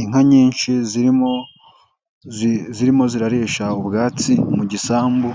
Inka nyinsha zirimo zirarisha ubwatsi mu gisambu,